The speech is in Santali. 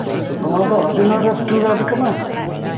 ᱱᱚᱣᱟᱫᱚ ᱟᱹᱫᱤᱱᱟ ᱨᱮᱥᱴᱩᱨᱮᱱᱴ ᱠᱟᱱᱟ